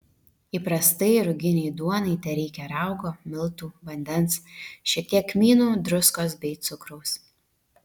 įprastai ruginei duonai tereikia raugo miltų vandens šiek tiek kmynų druskos bei cukraus